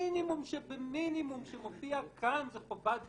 המינימום שבמינימום שמופיע כאן זה חובת דיווח.